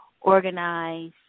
organize